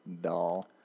doll